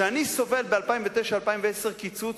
כשאני סובל ב-2009 2010 קיצוץ,